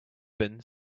been